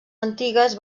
antigues